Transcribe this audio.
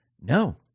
No